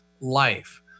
life